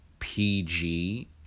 pg